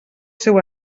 seu